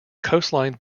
coastline